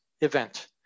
event